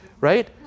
right